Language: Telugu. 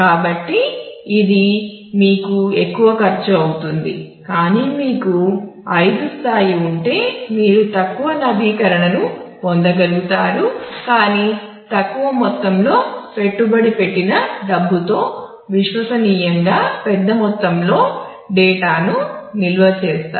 కాబట్టి ఇది మీకు ఎక్కువ ఖర్చు అవుతుంది కానీ మీకు 5 స్థాయి ఉంటే మీరు తక్కువ నవీకరణను పొందగలుగుతారు కాని తక్కువ మొత్తంలో పెట్టుబడి పెట్టిన డబ్బుతో విశ్వసనీయంగా పెద్ద మొత్తంలో డేటాను నిల్వ చేస్తారు